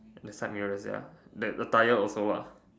the side mirrors ya the tire also lah